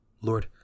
Lord